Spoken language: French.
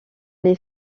les